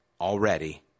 already